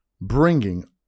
bringing